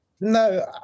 No